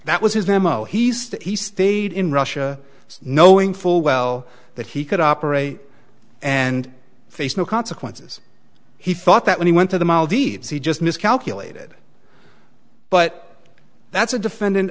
that was his m o he's that he stayed in russia knowing full well that he could operate and face no consequences he thought that when he went to them all these he just miscalculated but that's a defendant